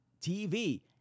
TV